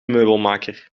meubelmaker